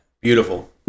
Beautiful